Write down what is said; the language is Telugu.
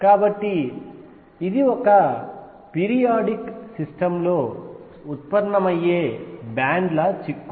కాబట్టి ఇది ఒక పీరియాడిక్ సిస్టమ్ లో ఉత్పన్నమయ్యే బ్యాండ్ల చిక్కు